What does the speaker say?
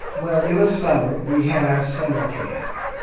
well, it was summer. we had our summer camp.